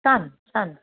छान छान